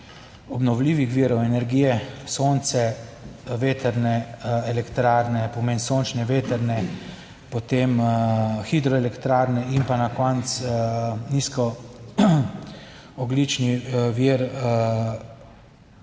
obnovljivih virov energije, sonce, vetrne elektrarne, pomeni sončne vetrne, potem hidroelektrarne in pa na koncu nizko ogljični vir